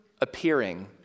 appearing